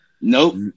Nope